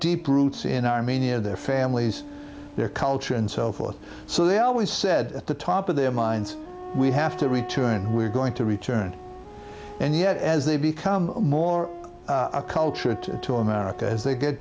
deep roots in armenia their families their culture and so forth so they always said at the top of their minds we have to return we are going to return and yet as they become more a culture to america as they get